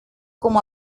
como